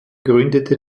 gründete